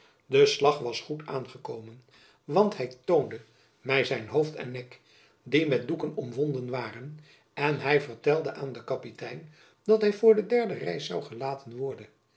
de slag was goed aangekomen want hy toonde my zijn hoofd en nek die met doeken omwonden waren en hy vertelde aan den kapitein dat hy voor de derde reis zoû gelaten worden